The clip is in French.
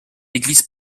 églises